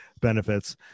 benefits